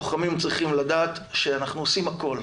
לוחמים צריכים לדעת שאנחנו עושים הכול,